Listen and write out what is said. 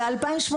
ביולי 2018